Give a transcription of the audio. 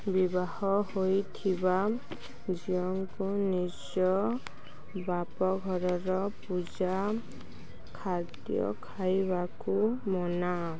ବିବାହ ହୋଇଥିବା ଝିଅଙ୍କୁ ନିଜ ବାପ ଘରର ପୂଜା ଖାଦ୍ୟ ଖାଇବାକୁ ମନା